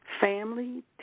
family